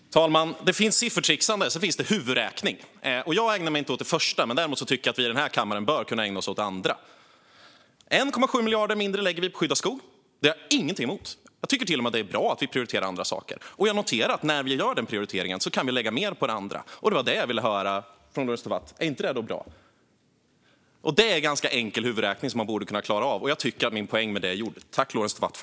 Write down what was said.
Fru talman! Det finns siffertrixande, och så finns det huvudräkning. Jag ägnar mig inte åt det första, men däremot tycker jag att vi i den här kammaren bör kunna ägna oss åt det andra. Vi lägger 1,7 miljarder mindre på skydd av skog. Det har jag inget emot. Jag tycker till och med att det är bra att vi prioriterar andra saker. Jag noterar också att när vi gör den prioriteringen kan vi lägga mer på annat, och det var det jag ville höra från Lorentz Tovatt: Är inte det bra? Det är ganska enkel huvudräkning som man borde kunna klara av. Han nickar - tack för det, Lorentz Tovatt!